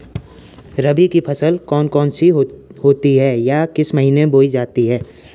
रबी की फसल कौन कौन सी होती हैं या किस महीने में बोई जाती हैं?